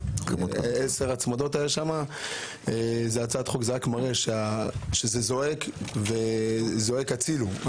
זה רק מראה שהמצב הזה זועק הצילו.